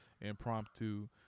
impromptu